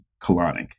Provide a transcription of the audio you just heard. colonic